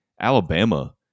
Alabama